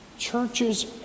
churches